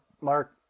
Mark